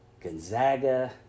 Gonzaga